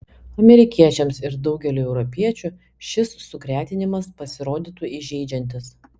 amerikiečiams ir daugeliui europiečių šis sugretinimas pasirodytų įžeidžiantis